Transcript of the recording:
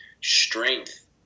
strength